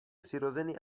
přirozený